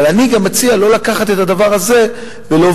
אבל אני גם מציע לא לקחת את הדבר הזה ולהוביל